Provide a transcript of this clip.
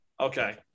Okay